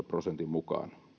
prosentin mukaan